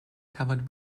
covered